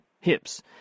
hips